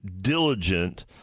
diligent